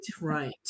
right